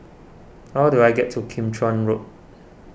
how do I get to Kim Chuan Road